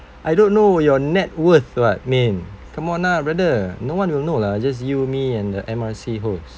I don't know your net worth what min come on lah brother no one will know lah just you me and the M_R_C host